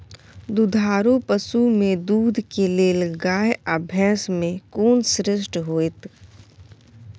दुधारू पसु में दूध के लेल गाय आ भैंस में कोन श्रेष्ठ होयत?